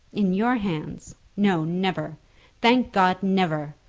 in your hands? no never thank god, never.